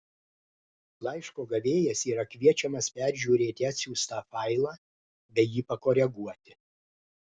laiško gavėjas yra kviečiamas peržiūrėti atsiųstą failą bei jį pakoreguoti